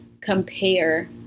compare